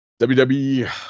WWE